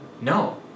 no